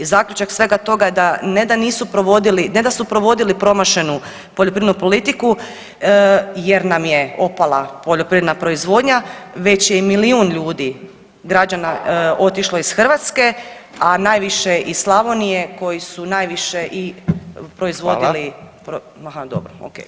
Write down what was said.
I zaključak svega toga je ne da nisu provodili, ne da su provodili promašenu poljoprivrednu politiku jer nam je opala poljoprivredna proizvodnja već je i milijun ljudi, građana otišlo iz Hrvatske, a najviše iz Slavonije koji su najviše i proizvodili [[Upadica: Hvala.]] aha dobro, ok.